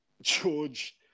George